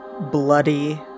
bloody